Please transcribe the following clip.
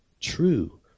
true